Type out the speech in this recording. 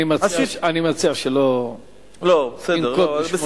אני מציע שלא ננקוב בשמות, בסדר.